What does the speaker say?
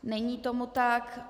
Není tomu tak.